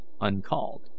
uncalled